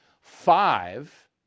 five